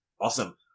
Awesome